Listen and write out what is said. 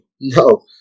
No